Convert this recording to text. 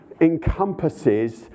encompasses